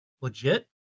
legit